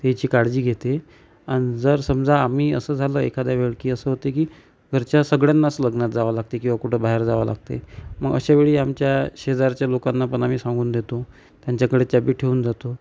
त्याची काळजी घेते आणि जर समजा आम्ही असं झालं एखाद्या वेळी की असं होतं की घरच्या सगळ्यांनाच लग्नात जावं लागते किंवा कुठं बाहेर जावे लागते मग अशावेळी आमच्या शेजारच्या लोकांना पण आम्ही सांगून देतो त्यांच्याकडे चाबी ठेवून जातो